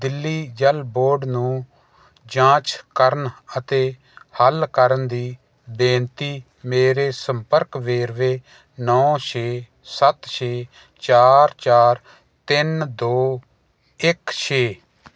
Delhi Jal board ਨੂੰ ਜਾਂਚ ਕਰਨ ਅਤੇ ਹੱਲ ਕਰਨ ਦੀ ਬੇਨਤੀ ਮੇਰੇ ਸੰਪਰਕ ਵੇਰਵੇ ਨੌਂ ਛੇ ਸੱਤ ਛੇ ਚਾਰ ਚਾਰ ਤਿੰਨ ਦੋ ਇੱਕ ਛੇ